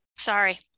Sorry